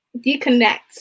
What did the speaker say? disconnect